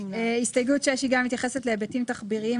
הסתייגות 6 גם מתייחסת להיבטים תחביריים.